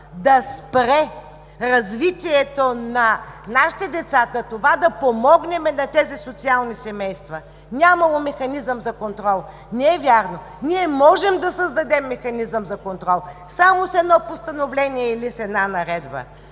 да спре развитието на нашите деца, на това да помогнем на тези социални семейства? Нямало механизъм за контрол – не е вярно. Ние можем да създадем механизъм за контрол само с едно постановление или с една наредба.